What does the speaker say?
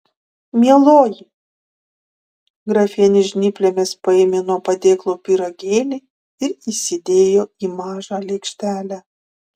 mieloji grafienė žnyplėmis paėmė nuo padėklo pyragėlį ir įsidėjo į mažą lėkštelę